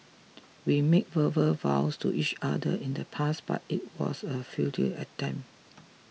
we made verbal vows to each other in the past but it was a futile attempt